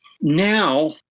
Now